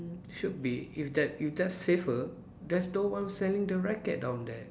should be if that if that's safer there's no one selling the racket down there